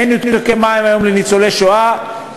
אין ניתוקי מים היום לניצולי השואה,